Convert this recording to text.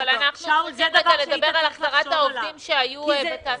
אבל אנחנו מנסים רגע לדבר על החזרת העובדים שהיו בתעסוקה.